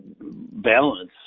balance